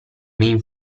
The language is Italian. main